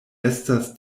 estas